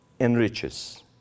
enriches